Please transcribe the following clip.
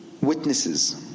witnesses